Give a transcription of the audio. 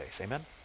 Amen